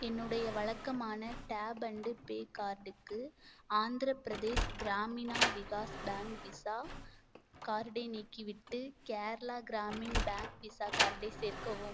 என்னுடைய வழக்கமான tap and pay கார்டுக்கு ஆந்திர பிரதேஷ் கிராமினா விகாஸ் பேங்க் விஸா கார்டை நீக்கிவிட்டு கேரளா கிராமின் பேங்க் விஸா கார்டை சேர்க்கவும்